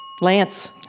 Lance